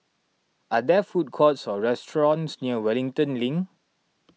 are there food courts or restaurants near Wellington Link